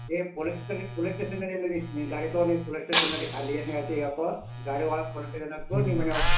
ಏ police station police station ನಡಿ ಅಂದೆ ನಿನ್ನ ಗಾಡಿ ತಗೋ ನಿ ಪೋಲೀಸ್ ಸ್ಟೇಷನ್ ನಡಿ ಅಲ್ಲಿ ಏನು ಹೇಳ್ತಿ ಹೇಳ್ಕೋ ಗಾಡಿ ಒಳ ಪೋಲೀಸ್ ಸ್ಟೇಷನ್ ಅತ್ಕೋ ನಿ ಮನಿಗೆ ಹೋಗ್